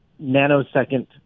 nanosecond